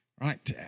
right